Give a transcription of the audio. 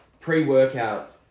pre-workout